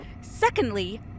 Secondly